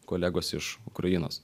kolegos iš ukrainos